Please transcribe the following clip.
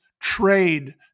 trade